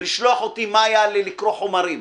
ולשלוח אותי, מאיה, לקרוא חומרים.